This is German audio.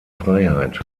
freiheit